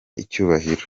icyubahiro